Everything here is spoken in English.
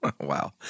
Wow